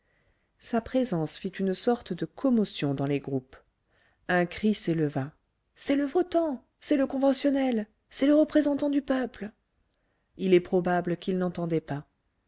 sa présence fit une sorte de commotion dans les groupes un cri s'éleva c'est le votant c'est le conventionnel c'est le représentant du peuple il est probable qu'il n'entendait pas